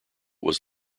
was